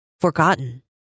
forgotten